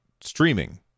streaming